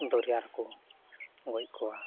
ᱫᱚᱨᱭᱟ ᱨᱮᱠᱚ ᱜᱚᱡ ᱠᱚᱣᱟ